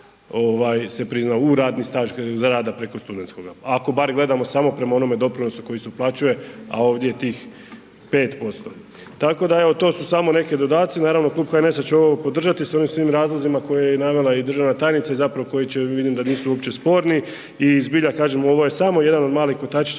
se prizna u radni staž za rada preko studentskoga ako bar gledamo samo prema onome doprinosu koji se uplaćuje, a ovdje tih 5%, tako da evo to su samo neki dodaci, naravno Klub HNS-a će ovo podržati sa ovim svim razlozima koje je i navela i državna tajnica i zapravo koji će, vidim da nisu uopće sporni i zbilja kažem, ovo je samo jedan od malih kotačića